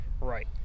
Right